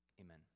Amen